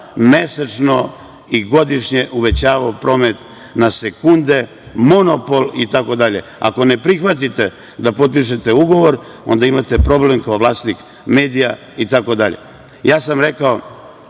mesečno i godišnje uvećavao promet na sekunde, monopol, itd. Ako ne prihvatite da potpišete ugovor, onda imate problem, kao vlasnik medija, itd. Gostujući